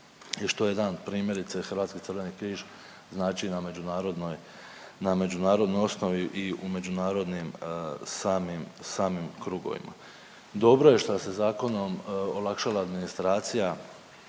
i što jedan primjerice hrvatski Crveni križ znači na međunarodnoj, na međunarodnoj osnovi i u međunarodnim samim, samim krugovima. Dobro je što se zakonom olakšala administracija